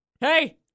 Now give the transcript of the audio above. Hey